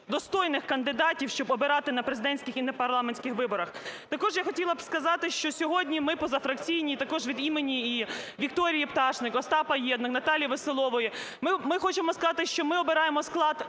достойних кандидатів, щоб обирати на президентських і на парламентських виборах. Також я хотіла б сказати, що сьогодні ми, позафракційні, також від імені і Вікторії Пташник, Остапа Єднака, Наталії Веселової, ми хочемо сказати, що ми обираємо склад